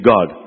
God